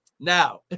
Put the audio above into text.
Now